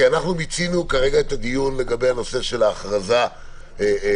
אנחנו מיצינו כרגע את הדיון לגבי הנושא של ההכרזה הכוללת.